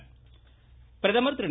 பிரதமர் பிரதமர் திரு